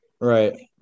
Right